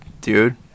dude